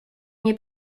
nie